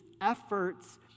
efforts